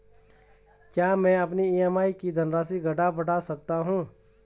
क्या मैं अपनी ई.एम.आई की धनराशि घटा बढ़ा सकता हूँ?